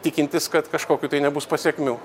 tikintis kad kažkokių tai nebus pasekmių